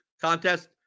contest